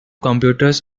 computers